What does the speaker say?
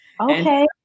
Okay